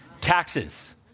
Taxes